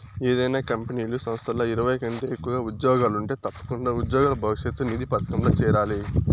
ఏదైనా కంపెనీలు, సంస్థల్ల ఇరవై కంటే ఎక్కువగా ఉజ్జోగులుంటే తప్పకుండా ఉజ్జోగుల భవిష్యతు నిధి పదకంల చేరాలి